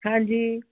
ਹਾਂਜੀ